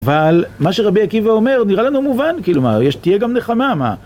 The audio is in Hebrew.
אבל, מה שרבי עקיבא אומר נראה לנו מובן, כאילו מה, תהיה גם נחמה